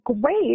great